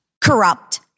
corrupt